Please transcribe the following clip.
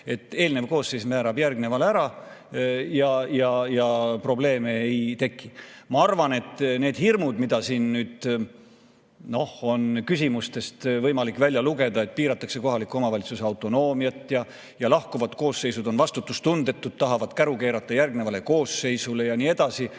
eelnev koosseis määrab järgnevale [palgad] ära, ja probleeme ei teki. Ma arvan, et need hirmud, mida siin on küsimustest võimalik välja lugeda – et piiratakse kohaliku omavalitsuse autonoomiat ja lahkuvad koosseisud on vastutustundetud, tahavad käru keerata järgmisele koosseisule ja nii edasi